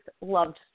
loved